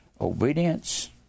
obedience